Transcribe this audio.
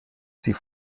sie